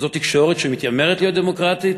זו תקשורת שמתיימרת להיות דמוקרטית?